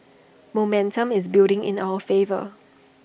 momentum is building in our favour